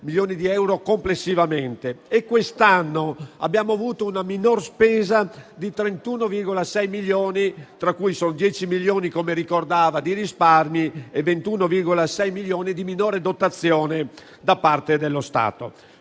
milioni di euro complessivamente, e quest'anno abbiamo avuto una minor spesa di 31,6 milioni, dei quali 10 milioni di risparmi e 21,6 milioni di minore dotazione da parte dello Stato.